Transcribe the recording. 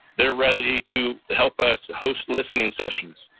they're ready to help us host listening sessions,